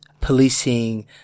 policing